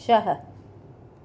छह